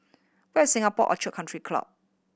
where is Singapore Orchid Country Club